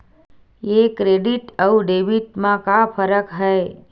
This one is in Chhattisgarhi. ये क्रेडिट आऊ डेबिट मा का फरक है?